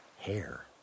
hair